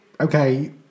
Okay